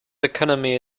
economy